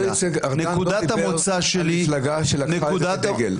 ארדן לא דיבר על המפלגה שלקחה את זה כדגל.